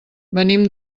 venim